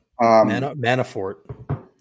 Manafort